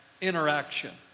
interaction